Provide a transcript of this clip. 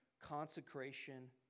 consecration